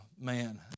man